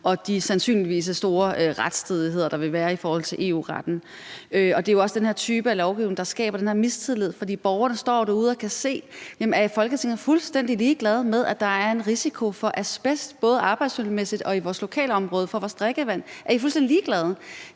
og de sandsynligvis store retsstridigheder, der vil være i forhold til EU-retten. Det er jo også den her type af lovgivning, der skaber den her mistillid. Borgerne står jo derude og spørger sig selv: Er I i Folketinget fuldstændig ligeglade med, at der er en risiko for asbest i vores drikkevand, både arbejdsmiljømæssigt og i vores lokalområde? Er I fuldstændig ligeglade?